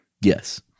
Yes